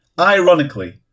ironically